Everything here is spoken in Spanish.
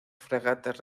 fragatas